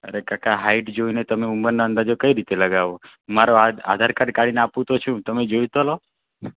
અરે કાકા હાઈટ જોઈને તમે ઉંમરના અંદાજો કઈ રીતે લગાવો મારો આધ આધારકાર્ડ કાઢીને આપું તો છું તમે જોઈ તો લો